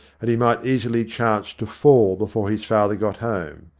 and he might easily chance to fall before his father got home.